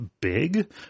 big